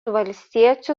valstiečių